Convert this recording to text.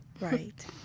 Right